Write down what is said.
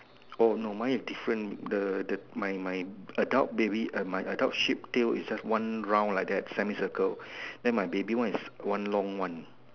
oh no mine is different the the my my adult baby my adult sheep tail is just one round like that semi circle then my baby one is one long one